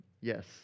yes